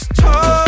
talk